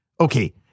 Okay